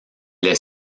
les